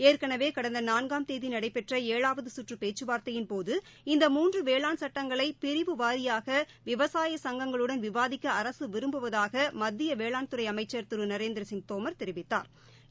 ஏற்கனவே கடந்த நான்காம் தேதி நடைபெற்ற ஏழாவது குற்று பேச்சுவார்த்தையின்போது இந்த மூன்று வேளாண் சட்டங்களை பிரிவு வாரியாக விவசாய சங்கங்களுடன் விவாதிக்க அரசு விரும்புவதாக மத்திய வேளாண்துறை அமைச்சா் திரு நரேந்திரசிங் தோமா் தெரிவித்தாா்